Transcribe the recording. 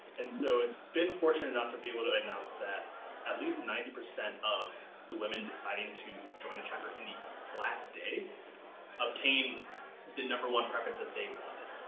and so it's been fortunate enough to be able to announce that at least ninety percent of the women deciding to join a chapter in the last day obtain the number one preference that they wanted.